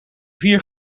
vier